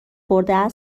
خورده